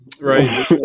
right